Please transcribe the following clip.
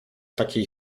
takiej